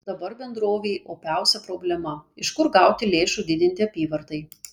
dabar bendrovei opiausia problema iš kur gauti lėšų didinti apyvartai